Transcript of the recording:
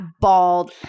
bald